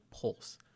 pulse